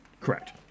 Correct